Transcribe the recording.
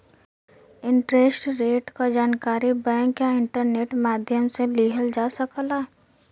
interest rate क जानकारी bank या इंटरनेट माध्यम से लिहल जा सकला